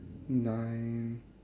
nine